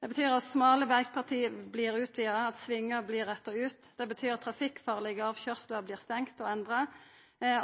Det betyr at smale vegparti blir utvida, at svingar blir retta ut, at trafikkfarlege avkøyringar vert stengde og endra,